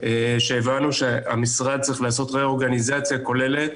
שהבנו שהמשרד צריך לעשות רה-אורגניזציה כוללת